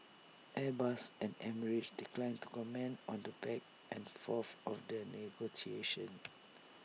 airbus and emirates declined to comment on the back and forth of the negotiations